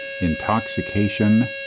intoxication